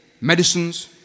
medicines